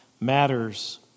matters